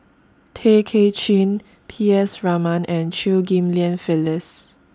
Tay Kay Chin P S Raman and Chew Ghim Lian Phyllis